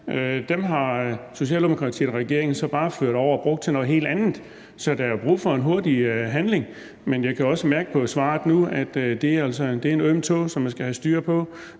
Dem har Socialdemokratiet og regeringen så bare ført over og brugt til noget helt andet. Så der er brug for hurtig handling, men jeg kan også mærke på svaret nu, at det altså er en øm tå, som man skal have styr på.